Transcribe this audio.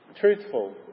Truthful